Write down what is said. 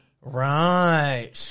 Right